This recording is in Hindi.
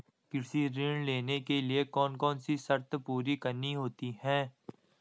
कृषि ऋण लेने के लिए कौन कौन सी शर्तें पूरी करनी होती हैं?